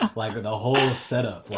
ah like the whole setup?